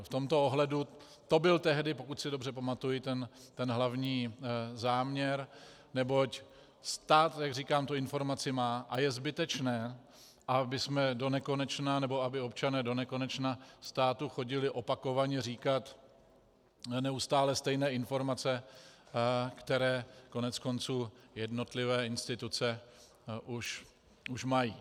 V tomto ohledu to byl tehdy, pokud se dobře pamatuji, ten hlavní záměr, neboť stát, jak říkám, tu informaci má a je zbytečné, abychom donekonečna, nebo aby občané donekonečna státu chodili opakovaně říkat neustále stejné informace, které koneckonců jednotlivé instituce už mají.